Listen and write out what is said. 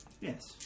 Yes